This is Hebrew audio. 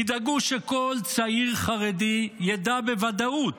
תדאגו שכל צעיר חרדי ידע בוודאות